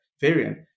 variant